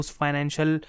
financial